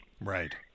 right